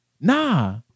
Nah